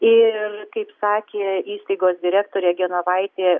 ir kaip sakė įstaigos direktorė genovaitė